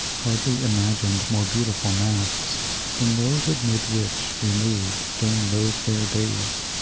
hardly imagined more beautiful masques than those amid which we moved during those fair days.